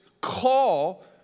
call